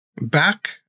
back